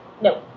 No